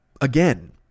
again